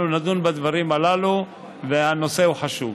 אנחנו נדון בדברים הללו, והנושא הוא חשוב.